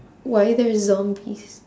why there are zombies